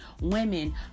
women